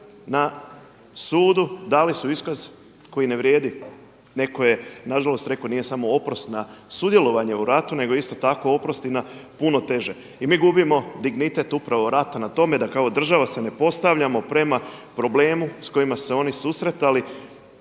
na sudu dali su iskaz koji ne vrijedi. Netko je na žalost rekao nije samo oprost na sudjelovanje u ratu, nego isto tako oprost i na puno teže. I mi gubimo dignitet upravo rata na tome da kao država se ne postavljamo prema problemu sa kojima su se oni susretali.